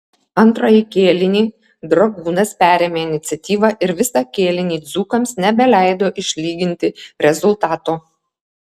antrąjį kėlinį dragūnas perėmė iniciatyvą ir visą kėlinį dzūkams nebeleido išlyginti rezultato